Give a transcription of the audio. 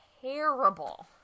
terrible